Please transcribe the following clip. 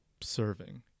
serving